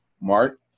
mark